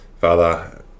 Father